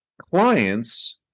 clients